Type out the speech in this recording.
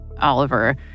Oliver